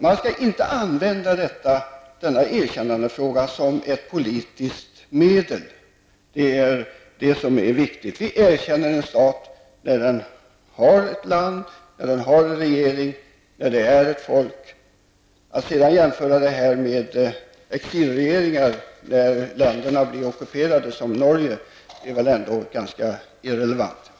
Man skall inte använda erkännandet som ett politiskt medel -- det är det viktiga. Vi erkänner en stat när det är ett folk, när den har ett land och en regering. Att jämföra den palestinska regeringen med exilregeringar när länderna blir ockuperade som Norge blev är väl ändå ganska irrelevant.